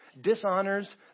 Dishonors